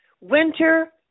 Winter